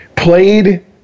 Played